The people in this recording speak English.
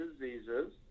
diseases